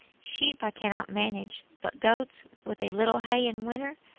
sheep i can not manage, but goats, with a little hay in winter,